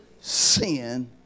sin